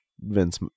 Vince